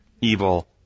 evil